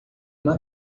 uma